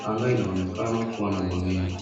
Anga inaonekana kuwa na mawingu.